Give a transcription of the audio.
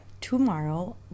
tomorrow